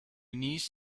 niece